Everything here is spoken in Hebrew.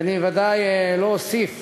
אני ודאי לא אוסיף